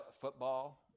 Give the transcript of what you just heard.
football